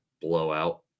blowout